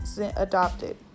adopted